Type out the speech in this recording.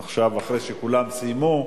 עכשיו, אחרי שכולם סיימו,